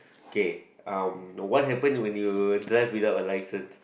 K um the what happen when you drive without a license